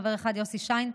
חבר אחד: יוסי שיין,